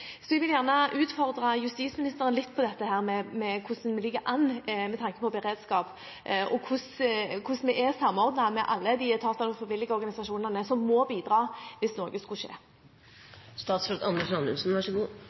Så jeg vil gjerne utfordre justisministeren litt på dette med hvordan vi ligger an med tanke på beredskap, og hvordan vi er samordnet med alle de etatene og frivillige organisasjonene som må bidra hvis noe skulle